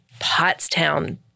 Pottstown